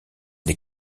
les